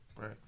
Right